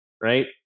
right